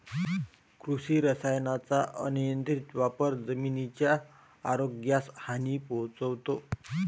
कृषी रसायनांचा अनियंत्रित वापर जमिनीच्या आरोग्यास हानी पोहोचवतो